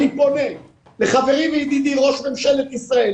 אני פונה לחברי וידידי ראש ממשלת ישראל,